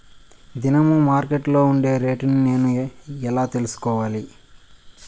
దినము మార్కెట్లో ఉండే రేట్లని నేను ఎట్లా తెలుసుకునేది?